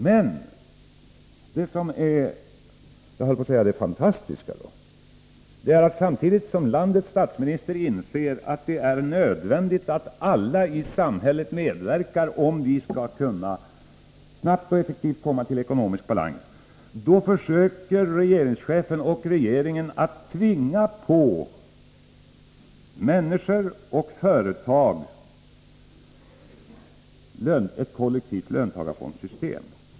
Men det som är — jag höll på att säga — det fantastiska är att samtidigt som landets statsminister anser att det är nödvändigt att alla i samhället medverkar om vi snabbt och effektivt skall kunna komma i ekonomisk balans försöker regeringschefen och regeringen att tvinga på människor och företag ett kollektivt löntagarfondssystem.